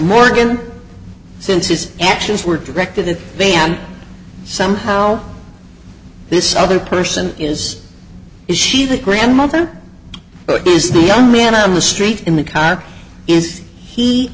morgan since his actions were directed at bay and somehow this other person is is she the grandmother is the young man on the street in the car is he